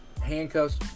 handcuffs